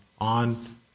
on